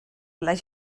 les